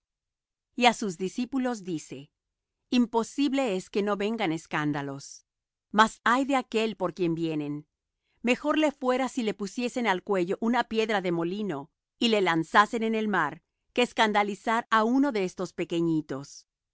y a sus discípulos dice imposible es que no vengan escándalos mas ay de aquél por quien vienen mejor le fuera si le pusiesen al cuello una piedra de molino y le lanzasen en el mar que escandalizar á uno de estos pequeñitos